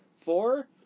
Four